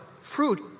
fruit